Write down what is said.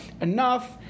enough